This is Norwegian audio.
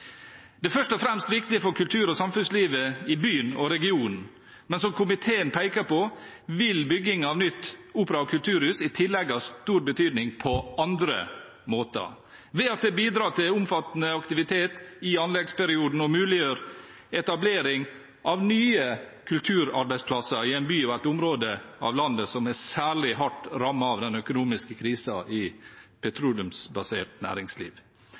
er først og fremst viktig for kultur- og samfunnslivet i byen og i regionen, men som komiteen peker på, vil bygging av nytt opera- og kulturhus i tillegg ha stor betydning på andre måter, ved at det bidrar til omfattende aktivitet i anleggsperioden og muliggjør etablering av nye kulturarbeidsplasser i en by og i et område av landet som er særlig hardt rammet av den økonomiske krisen i petroleumsbasert næringsliv.